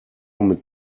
mit